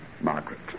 Margaret